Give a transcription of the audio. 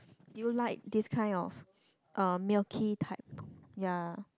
do you like this kind of uh milky type ya